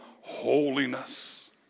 holiness